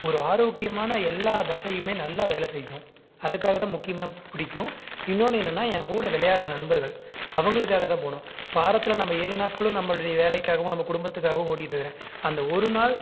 ஒரு ஆரோக்கியமான எல்லா தசையுமே நல்லா வேல செய்யும் அதுக்காகதான் முக்கியமாக பிடிக்கும் இன்னொன்று என்னன்னா எங்கூட விளையாடுற நண்பர்கள் அவர்களுக்காகதான் போகணும் வாரத்தில் நம்ப ஏழு நாட்களும் நம்மளுடைய வேலைக்காகவும் நம்ப குடும்பத்துக்காகவும் ஓடிட்டிருக்குறேன் அந்த ஒரு நாள்